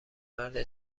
مرد